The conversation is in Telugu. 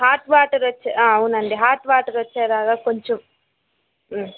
హాట్ వాటర్ వచ్చే అవునండి హాట్ వాటర్ వచ్చేలాగా కొంచెం